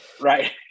right